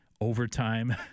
overtime